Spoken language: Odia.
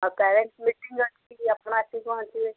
ଆଉ ପ୍ୟାରେଣ୍ଟସ୍ ମିଟିଂ ଅଛି ଆପଣ ଆସିକି ପହଞ୍ଚିବେ